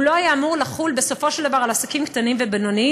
הוא לא היה אמור לחול בסופו של דבר על עסקים קטנים ובינוניים.